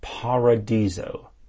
Paradiso